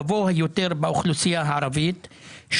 גבוה יותר באוכלוסייה הערבית,